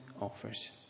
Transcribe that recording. offers